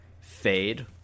Fade